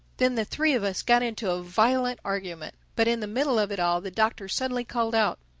then the three of us got into a violent argument. but in the middle of it all the doctor suddenly called out,